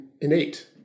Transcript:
innate